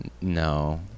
no